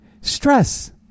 stress